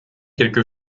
quelque